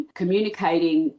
communicating